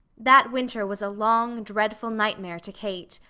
that winter was a long, dreadful nightmare to kate.